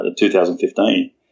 2015